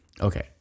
Okay